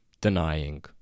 denying